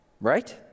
Right